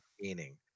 meaning